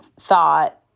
thought